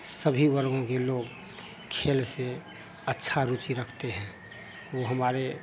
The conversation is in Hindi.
सभी वर्गों से लोग खेल से अच्छा रूचि रखते हैं वो हमारे